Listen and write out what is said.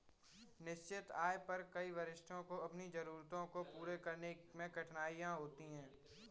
निश्चित आय पर कई वरिष्ठों को अपनी जरूरतों को पूरा करने में कठिनाई होती है